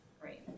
Great